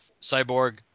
cyborg